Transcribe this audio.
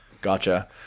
Gotcha